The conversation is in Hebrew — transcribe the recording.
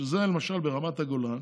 למשל, ברמת הגולן